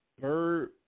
Bird